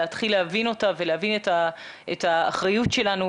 להתחיל להבין אותה ולהבין את האחריות שלנו,